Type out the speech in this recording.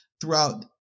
throughout